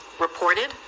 reported